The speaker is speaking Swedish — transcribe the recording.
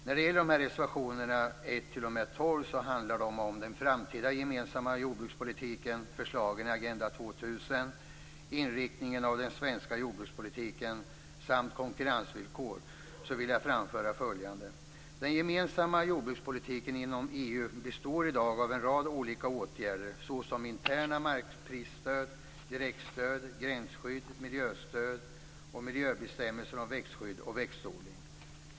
När det gäller reservationerna 1 t.o.m. 12, som handlar om den framtida gemensamma jordbrukspolitiken, förslagen i Agenda 2000, inriktningen av den svenska jordbrukspolitiken samt konkurrensvillkor, vill jag framföra följande: består i dag av en rad olika åtgärder såsom interna marknadsprisstöd, direktstöd, gränsskydd, miljöstöd och miljöbestämmelser om växtskydd och växtodling.